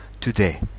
today